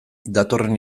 datorren